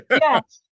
Yes